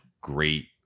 great